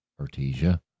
Artesia